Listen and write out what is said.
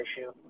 issue